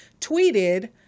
tweeted